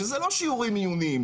שזה לא שיעורים עיוניים,